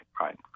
right